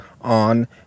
on